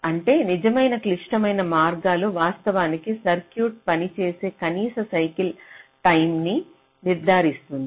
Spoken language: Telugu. అంటే నిజమైన క్లిష్టమైన మార్గాలు వాస్తవానికి సర్క్యూట్ పనిచేసే కనీస సైకిల్ టైంన్ని నిర్ధారిస్తుంది